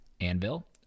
Anvil